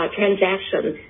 transactions